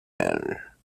matter